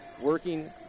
working